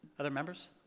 other members?